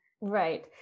Right